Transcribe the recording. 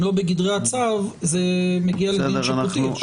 לא בגדרי הצו זה מגיע לדיון שיפוטי.